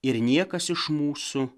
ir niekas iš mūsų